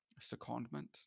secondment